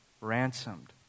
ransomed